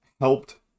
helped